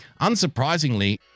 unsurprisingly